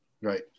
right